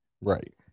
Right